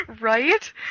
Right